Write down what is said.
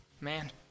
man